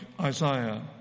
Isaiah